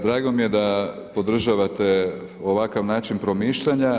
Drago mi je da podržavate ovakav način promišljanja.